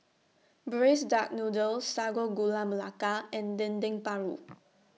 Braised Duck Noodle Sago Gula Melaka and Dendeng Paru